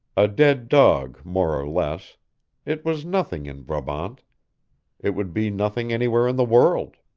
a dead dog more or less it was nothing in brabant it would be nothing anywhere in the world.